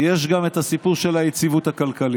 יש גם את הסיפור של היציבות הכלכלית.